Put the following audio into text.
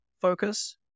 focus